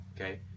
Okay